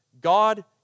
God